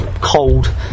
cold